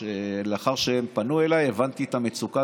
לאחר שהם פנו אליי הבנתי את המצוקה,